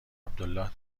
عبدالله